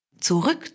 zurück